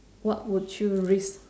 what would you risk